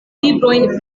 librojn